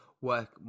work